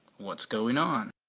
what's going on?